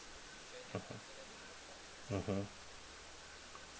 mm mmhmm